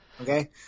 Okay